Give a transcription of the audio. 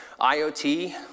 IoT